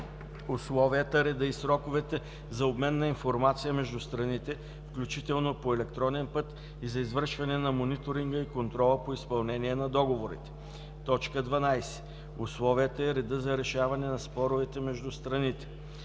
условията, реда и сроковете за обмен на информация между страните, включително по електронен път, и за извършване на мониторинга и контрола по изпълнение на договора; 21. условията и реда за решаване на споровете между страните;